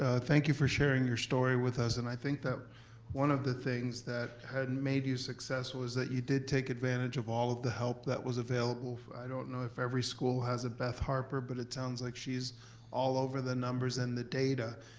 ah thank you for sharing your story with us, and i think that one of the things that had and made you successful is that you did take advantage of all of the help that was available. i don't know if every school has it, beth harper, but it sounds like she's all over the numbers and the data.